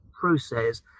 process